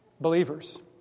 believers